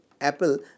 apple